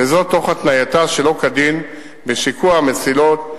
וזאת תוך התנייתה שלא כדין בשיקוע המסילות,